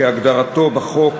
כהגדרתו בחוק,